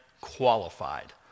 qualified